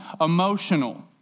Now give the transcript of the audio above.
emotional